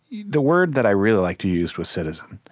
the word that i really liked, you used, was citizen.